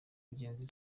mugenzi